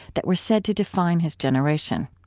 that were said to define his generation,